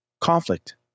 conflict